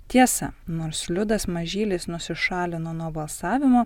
tiesa nors liudas mažylis nusišalino nuo balsavimo